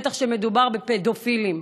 בטח כשמדובר בפדופילים.